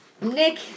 Nick